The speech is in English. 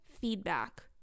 feedback